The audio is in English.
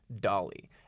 Dolly